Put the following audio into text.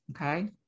okay